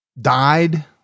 died